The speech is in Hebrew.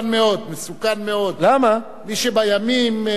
מי שבימים מתנהג כמו בלילות, הוא ישן ביום.